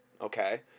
Okay